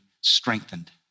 strengthened